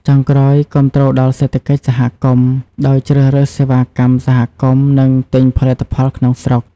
ចុងក្រោយ គាំទ្រដល់សេដ្ឋកិច្ចសហគមន៍ ដោយជ្រើសរើសសេវាកម្មសហគមន៍ និងទិញផលិតផលក្នុងស្រុក។